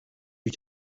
you